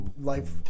life